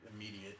Immediate